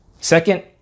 second